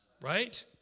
right